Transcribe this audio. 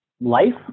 life